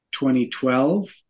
2012